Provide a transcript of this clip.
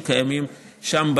שקיימים שם,